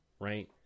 right